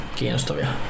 kiinnostavia